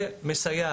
קשה לה לתחזק